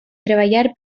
treballar